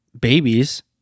babies